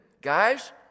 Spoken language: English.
Guys